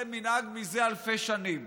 זה מנהג מזה אלפי שנים.